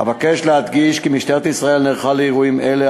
אבקש להדגיש כי משטרת ישראל נערכה לאירועים האלה,